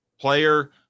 player